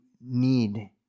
need